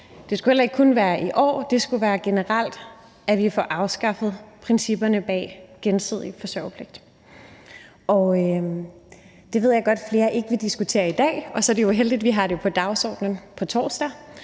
det skulle heller ikke kun være i år, det skulle være generelt, at vi får afskaffet principperne bag gensidig forsørgerpligt. Det ved jeg godt flere ikke vil diskutere i dag, men så er det jo heldigt, at vi har det på dagsordenen på torsdag,